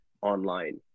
online